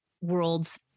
worlds